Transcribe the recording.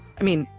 i mean,